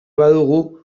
badugu